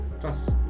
Plus